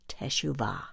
Teshuvah